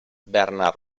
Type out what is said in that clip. bernard